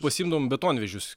pasiimdavom betonvežius